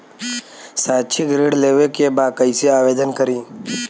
शैक्षिक ऋण लेवे के बा कईसे आवेदन करी?